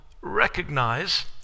recognize